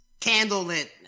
candlelit